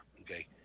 Okay